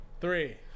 three